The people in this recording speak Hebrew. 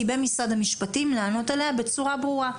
במשרד המשפטים לענות עליה בצורה ברורה.